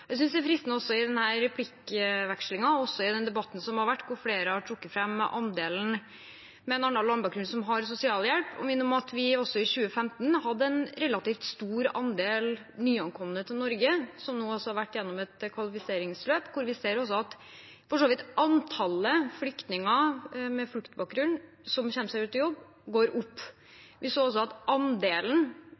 Jeg synes det er fristende i denne replikkvekslingen, og også i den debatten som har vært, hvor flere har trukket fram andelen med en annen landbakgrunn som får sosialhjelp, å minne om at vi også i 2015 hadde en relativt stor andel nyankomne til Norge, som nå har vært gjennom et kvalifiseringsløp, og at vi for så vidt ser at antallet innvandrere med fluktbakgrunn som kommer seg ut i jobb, går opp. Vi så også at andelen